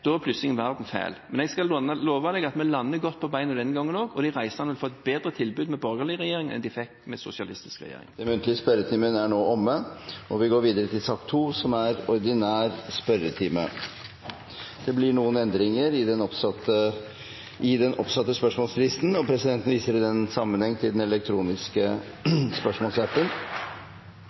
er plutselig verden fæl. Jeg skal love representanten at vi lander godt på beina denne gangen også, og de reisende får et bedre tilbud med borgerlig regjering enn de fikk med sosialistisk regjering. Dermed er den muntlige spørretimen omme. Det blir noen endringer i den oppsatte spørsmålslisten, og presidenten viser i den sammenheng til den elektroniske spørsmålslisten. De foreslåtte endringene i dagens spørretime foreslås godkjent. – Det anses vedtatt. Endringene var som følger: Spørsmål 2, fra representanten Abid Q. Raja til